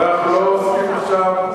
אבל אנחנו לא עוסקים עכשיו,